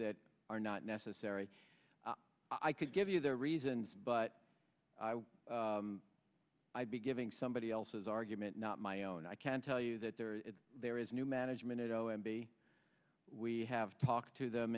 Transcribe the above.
that are not necessary i could give you their reasons but i'd be giving somebody else's argument not my own i can tell you that there are there is new management at o m b we have talked to them